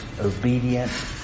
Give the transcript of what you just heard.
obedient